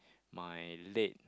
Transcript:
my late